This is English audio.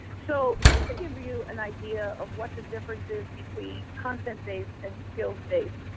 so just to give you an idea of what the difference is between content based and skills based.